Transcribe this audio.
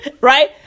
right